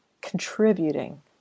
contributing